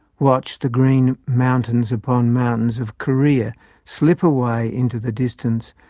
watched the green mountains-upon-mountains of korea slip away into the distance,